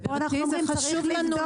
ופה אנחנו אומרים: צריך לבדוק.